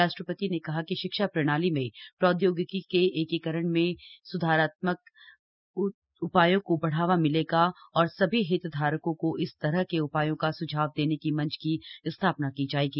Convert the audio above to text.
राष्ट्रपति ने कहा कि शिक्षा प्रणाली में प्रौद्योगिकी के एकीकरण से स्धारात्मक उपायों को बढ़ावा मिलेगा और सभी हितधारकों को इस तरह के उपायों का सुझाव देने की मंच की स्थापना की जाएगी